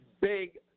big